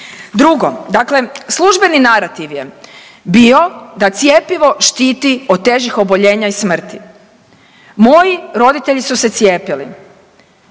Drugo, dakle službeni narativ je bio da cjepivo štiti od težih oboljenja i smrti. Moji roditelji su se cijepili,